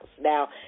Now